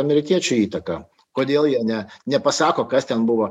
amerikiečių įtaka kodėl jie ne nepasako kas ten buvo